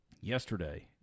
yesterday